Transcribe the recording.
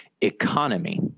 economy